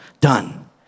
done